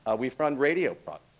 ah we fun radio projects,